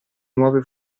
nuove